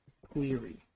query